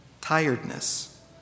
tiredness